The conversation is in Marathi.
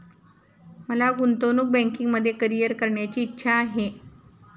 मला गुंतवणूक बँकिंगमध्ये करीअर करण्याची इच्छा आहे